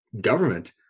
government